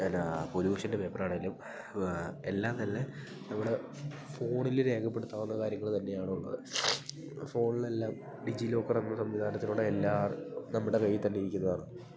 എന്നാൽ പൊല്യൂഷൻ്റെ പേപ്പറാണേലും എല്ലാം തന്നെ നമ്മുടെ ഫോണിൽ രേഖപ്പെടുത്താവുന്ന കാര്യങ്ങൾ തന്നെയാണ് ഉള്ളത് ഫോണിൽ എല്ലാം ഡിജിലോക്കർ എന്ന സംവിധാനത്തിലൂടെ എല്ലാം നമ്മുടെ കയ്യിൽ തന്നെ ഇരിക്കുന്നതാണ്